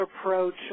approach